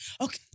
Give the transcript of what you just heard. okay